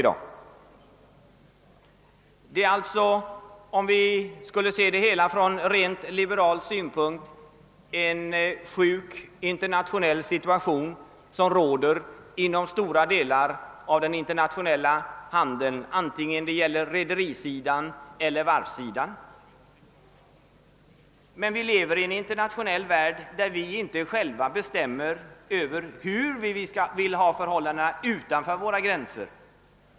Ser vi saken från rent liberal synpunkt kan vi konstatera, att det råder en sjuk internationell situation inom stora delar av den internationella handeln, både när det gäller rederisidan och varvssidan. Men vi lever i en internationell värld där vi inte själva bestämmer över hur vi vill ha det utanför våra gränser.